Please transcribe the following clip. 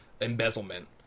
embezzlement